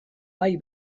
bai